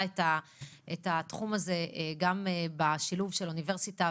קדימה את התחום הזה גם בשילוב של אוניברסיטה,